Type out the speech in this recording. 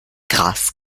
gras